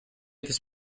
this